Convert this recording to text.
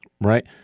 right